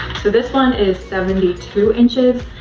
so this one is seventy two inches,